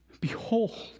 Behold